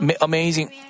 amazing